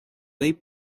they